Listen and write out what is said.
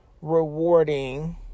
rewarding